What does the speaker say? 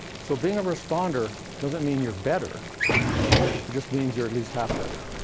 so being a responder doesn't mean you're better, it just means you're at least half better.